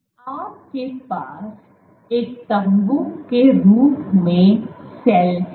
आपके पास एक तम्बू के रूप में सेल है